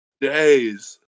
days